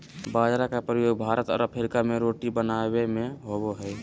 बाजरा के प्रयोग भारत और अफ्रीका में रोटी बनाबे में होबो हइ